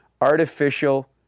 artificial